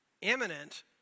imminent